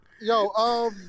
Yo